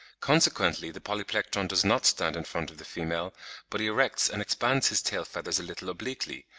consequently the polyplectron does not stand in front of the female but he erects and expands his tail-feathers a little obliquely,